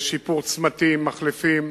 בשיפור צמתים, במחלפים